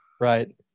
Right